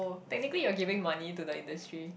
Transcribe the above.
technically you're giving money to the industry